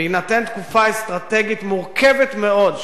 בהינתן תקופה אסטרטגית מורכבת מאוד,